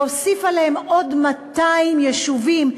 ולהוסיף עליהם עוד 200 יישובים,